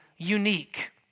unique